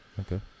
Okay